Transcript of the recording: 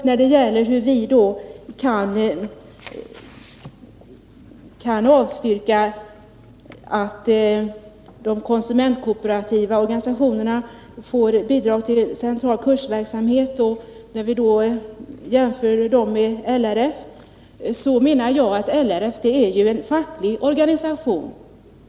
Man frågar hur vi kan avstyrka att de konsumentkooperativa organisationerna får bidrag till central kursverksamhet, och man jämför dem med LRF. Jag menar att LRF är en facklig organisation.